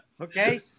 okay